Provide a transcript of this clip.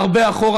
הרבה אחורה,